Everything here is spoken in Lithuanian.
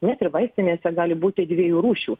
net ir vaistinėse gali būti dviejų rūšių